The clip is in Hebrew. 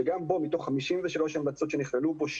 שגם בו מתוך 53 המלצות שנכללו בו,